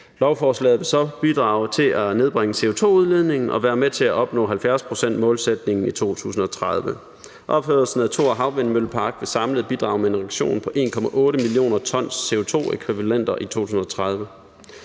Lovforslaget vil så bidrage til at nedbringe CO2-udledningen og være med til at opnå 70-procentsmålsætningen i 2030. Opførelsen af Thor Havvindmøllepark vil samlet bidrage med en reduktion på 1,8 mio. t CO2-ækvivalenter i 2030.